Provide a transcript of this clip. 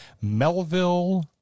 Melville